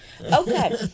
okay